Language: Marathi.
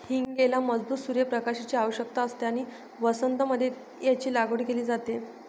हींगेला मजबूत सूर्य प्रकाशाची आवश्यकता असते आणि वसंत मध्ये याची लागवड केली जाते